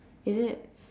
is it